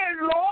Lord